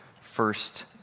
first